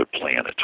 planet